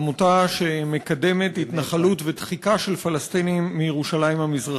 עמותה שמקדמת התנחלות ודחיקה של פלסטינים מירושלים המזרחית.